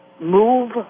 move